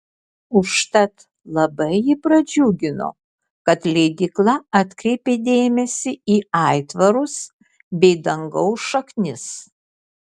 užtat labai jį pradžiugino kad leidykla atkreipė dėmesį į aitvarus bei dangaus šaknis